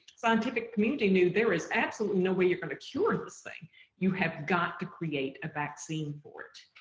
scientific community knew there is absolutely no way you're going to cure this thing you have got to create a vaccine for it.